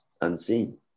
unseen